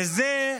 וזה,